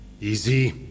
Easy